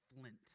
flint